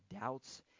doubts